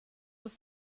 ist